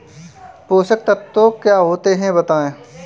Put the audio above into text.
पोषक तत्व क्या होते हैं बताएँ?